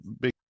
big